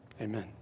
Amen